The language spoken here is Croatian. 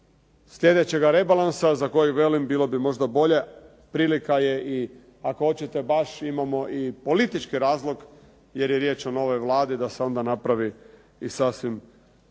sljedećega rebalansa za koga velim bilo bi možda bolje prilika je i ako hoćete baš imamo i politički razlog jer je riječ o novoj Vladi da se onda naravi i sasvim